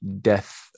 death